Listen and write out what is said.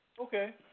Okay